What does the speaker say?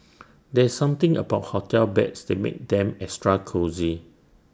there's something about hotel beds that makes them extra cosy